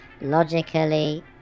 Logically